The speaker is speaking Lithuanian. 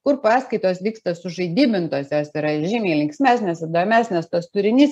kur paskaitos vyksta sužaidybintos jos yra ir žymiai linksmesnės įdomesnės tos turinys